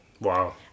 Wow